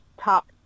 top